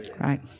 Right